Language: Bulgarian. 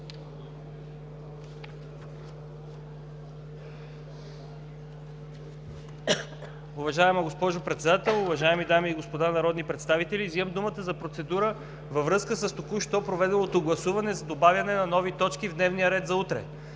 Уважаема госпожо Председател, уважаеми дами и господа народни представители! Вземам думата за процедура във връзка с току-що проведеното гласуване за добавяне на нови точки в дневния ред за утре.